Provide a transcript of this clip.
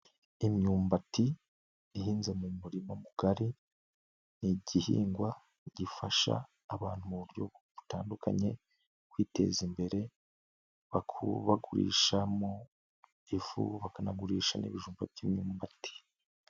Imyumbati ihinze mu murimo mugari, ni igihingwa gifasha abantu mu buryo butandukanye mu kwiteza imbere bakugurishamo ifu bakanagurisha n'ibijumba by'imyumbati.